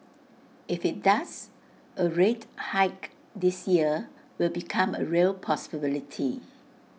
if IT does A rate hike this year will become A real possibility